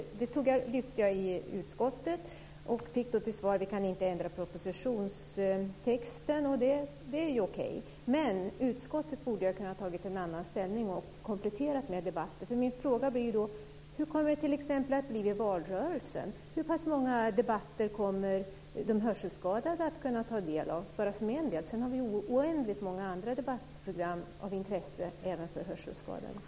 Den frågan lyfte jag i utskottet. Jag fick till svar att vi inte kan ändra propositionstexten, och det är okej. Men utskottet borde ha kunnat ta en annan ställning och kompletterat med Hur kommer det t.ex. att bli vid valrörelsen? Hur pass många debatter kommer de hörselskadade att kunna ta del av? Det är bara en del. Sedan har vi oändligt många andra debattprogram av intresse även för hörselskadade.